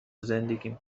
زندگیم